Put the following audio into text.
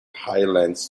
highlands